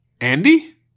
andy